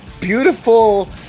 beautiful